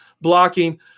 blocking